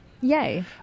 Yay